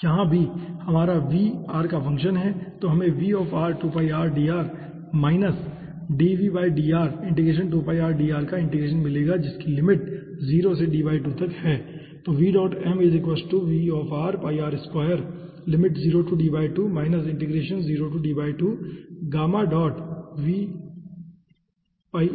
यहाँ भी हमारा v r का फंक्शन है तो हमें dr माइनस का इंटीग्रेशन मिलेगा जिसकी लिमिट 0 से D2 तक है